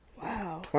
wow